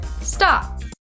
stop